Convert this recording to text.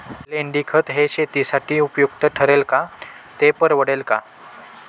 लेंडीखत हे शेतीसाठी उपयुक्त ठरेल का, ते परवडेल का?